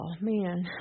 man